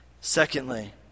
Secondly